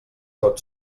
tot